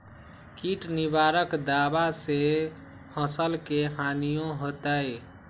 किट निवारक दावा से फसल के हानियों होतै?